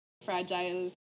fragile